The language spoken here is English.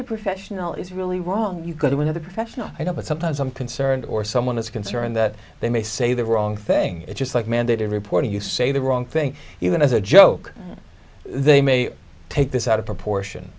the professional is really wrong you go to another professional i know but sometimes i'm concerned or someone is concerned that they may say the wrong thing and just like mandated reporter you say the wrong thing even as a joke they may take this out of proportion